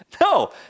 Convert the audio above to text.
No